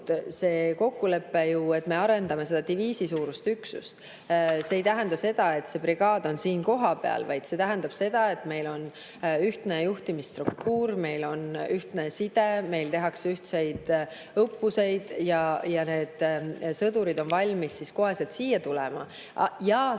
kokkulepe, et me arendame seda diviisisuurust üksust. See ei tähenda seda, et brigaad on siin kohapeal, vaid see tähendab seda, et meil on ühtne juhtimisstruktuur, meil on ühtne side, meil tehakse ühiseid õppuseid ja need sõdurid on valmis koheselt siia tulema. See